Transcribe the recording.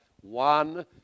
One